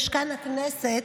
משכן הכנסת,